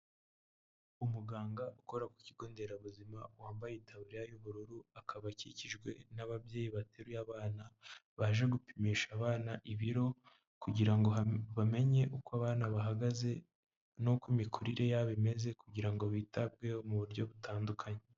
Umuganga ukora ku kigonderabuzima wambaye itabuririya y'ubururu akaba akikijwe n'ababyeyi bateruye abana, baje gupimisha abana ibiro kugira ngo bamenye uko abana bahagaze nuko imikurire yabo imeze kugira ngo bitabweho mu buryo butandukanye.